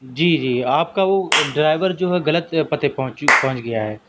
جی جی آپ کا وہ ڈائیور جو ہے غلط پتے پہنچ گیا ہے